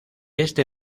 este